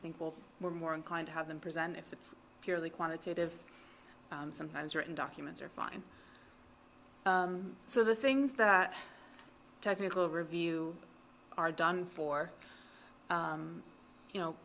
think we'll hear more inclined to have them present if it's purely quantitative sometimes written documents are fine so the things that technical review are done for you know